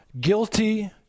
Guilty